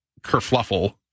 kerfluffle